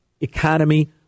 economy